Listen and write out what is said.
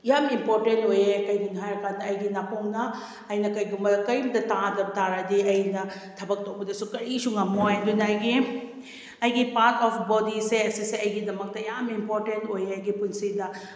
ꯌꯥꯝꯅ ꯏꯝꯄꯣꯔꯇꯦꯟ ꯑꯣꯏ ꯀꯔꯤꯒꯤꯅꯣ ꯍꯥꯏꯕꯀꯥꯟꯗ ꯑꯩꯒꯤ ꯅꯥꯀꯣꯡꯅ ꯑꯩꯅ ꯀꯔꯤꯒꯨꯝꯕ ꯀꯔꯤꯝꯇ ꯇꯥꯗꯕ ꯇꯥꯔꯗꯤ ꯑꯩꯅ ꯊꯕꯛ ꯇꯧꯕꯗꯁꯨ ꯀꯔꯤꯁꯨ ꯉꯝꯃꯣꯏ ꯑꯗꯨꯅ ꯑꯩꯒꯤ ꯑꯩꯒꯤ ꯄꯥꯠ ꯑꯣꯐ ꯕꯣꯗꯤꯁꯦ ꯑꯁꯤꯁꯦ ꯑꯩꯒꯤꯗꯃꯛꯇ ꯌꯥꯝꯅ ꯏꯝꯄꯣꯔꯇꯦꯟ ꯑꯣꯏ ꯑꯩꯒꯤ ꯄꯨꯟꯁꯤꯗ